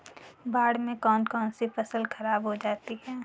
बाढ़ से कौन कौन सी फसल खराब हो जाती है?